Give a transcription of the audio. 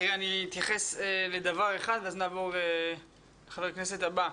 אני אתייחס לדבר אחד ואז נעבור לחבר הכנסת הבא.